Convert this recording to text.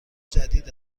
جدید